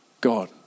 God